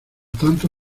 tanto